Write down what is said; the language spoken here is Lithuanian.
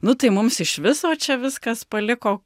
nu tai mums iš viso čia viskas paliko